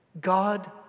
God